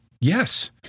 Yes